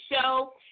show